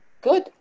good